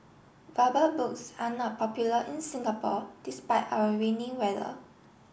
rubber boots are not popular in Singapore despite our rainy weather